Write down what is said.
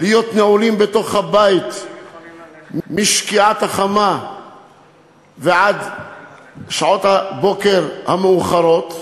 להיות נעולים בתוך הבית משקיעת החמה ועד שעות הבוקר המאוחרות,